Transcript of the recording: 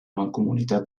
mancomunitat